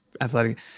athletic